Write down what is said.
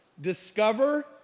discover